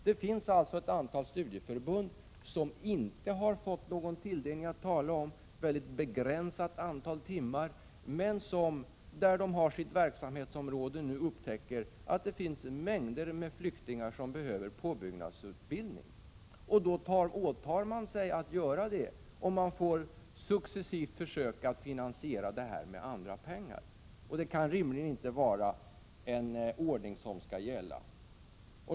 Det finns ett antal studieförbund som inte har fått någon tilldelning att tala om, ett mycket begränsat antal timmar, men som upptäcker att det inom deras verksamhetsområden finns mängder av flyktingar som behöver påbyggnadsutbildning. När de åtar sig att ge sådan utbildning får de successivt försöka finansiera denna med andra pengar. Det kan rimligen inte vara en sådan ordning som skall gälla.